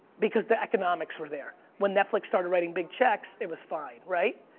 because the economics were there. when netflix started writing big checks, it was fine, right?